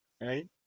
right